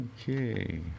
Okay